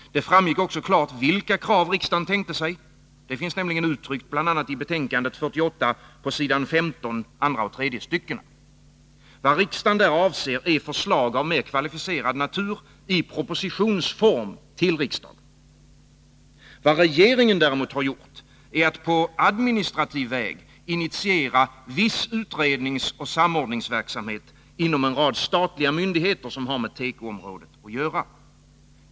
Det framgick också klart vilka krav riksdagen tänkte sig — det finns uttryckt bl.a. i betänkandet nr 48. 15 andra och tredje styckena. Vad riksdagen där avser är förslag av mer kvalificerad natur i propositionsform till riksdagen. Vad regeringen däremot har gjort är att på administrativ väg initiera viss utredningsoch samordningsverksamhet inom en rad statliga myndigheter som har med tekoområdet att göra.